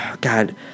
God